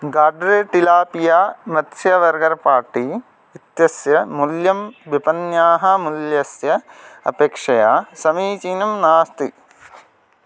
गाड्रे tilapia मत्स्य वर्गर् पाट्टी इत्यस्य मूल्यं विपण्याः मूल्यस्य अपेक्षया समीचीनं नास्ति